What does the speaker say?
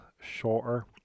shorter